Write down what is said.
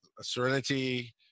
Serenity